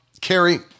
Carrie